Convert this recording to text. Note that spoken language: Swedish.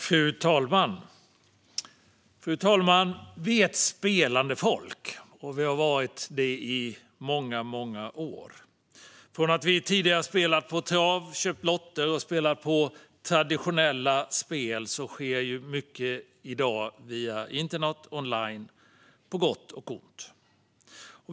Fru talman! Vi är ett spelande folk, och vi har varit det i många, många år. Från att vi tidigare spelat på trav, köpt lotter och spelat på traditionella spel sker mycket i dag via internet online, på gott och ont.